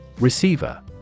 Receiver